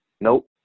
Nope